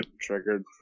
triggered